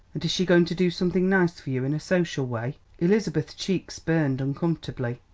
and is she going to do something nice for you in a social way? elizabeth's cheeks burned uncomfortably.